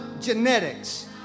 genetics